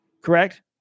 correct